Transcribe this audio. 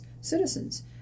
citizens